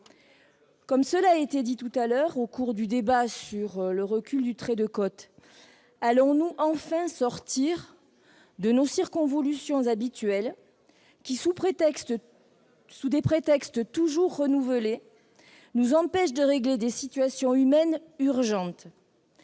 Comme cela a été dit au cours du débat sur le recul du trait de côte, allons-nous enfin sortir de nos circonvolutions habituelles qui, sous des prétextes toujours renouvelés, nous empêchent de régler des situations humaines urgentes ?